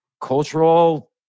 cultural